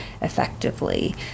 Effectively